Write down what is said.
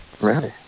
Ready